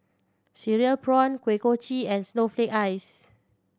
cereal prawn Kuih Kochi and snowflake ice